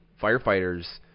firefighters